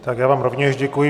Tak já vám rovněž děkuji.